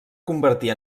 convertir